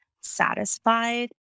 satisfied